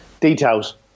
details